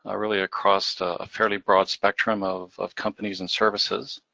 ah really across a fairly broad spectrum of of companies and services.